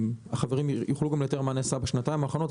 החברים יוכלו לתאר גם מה נעשה בשנתיים האחרונות,